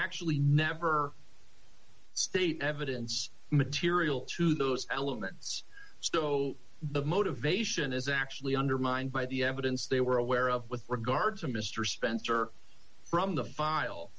actually never state evidence material to those elements still the motivation is actually undermined by the evidence they were aware of with regard to mister spencer from the file